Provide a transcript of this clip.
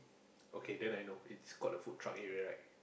okay then I know it's called the food truck area right